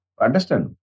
Understand